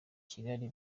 kigali